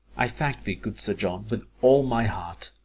i thank thee, good sir john, with all my heart.